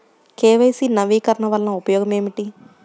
KYC నవీకరణ వలన ఉపయోగం ఏమిటీ?